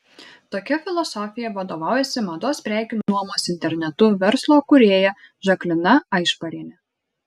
tokia filosofija vadovaujasi mados prekių nuomos internetu verslo kūrėja žaklina aišparienė